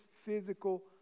physical